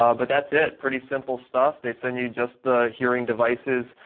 um but that's it. pretty simple stuff. they send you just the hearing devices,